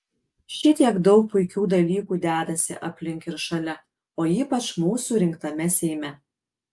šitiek daug puikių dalykų dedasi aplink ir šalia o ypač mūsų rinktame seime